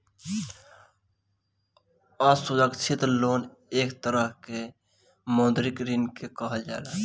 असुरक्षित लोन एक तरह के मौद्रिक ऋण के कहल जाला